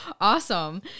awesome